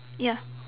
ya